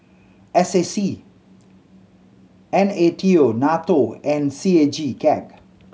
S A C N A T O NATO and C A G CAG